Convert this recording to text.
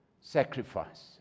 Sacrifice